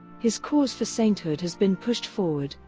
his cause for sainthood has been pushed forward,